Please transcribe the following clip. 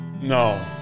No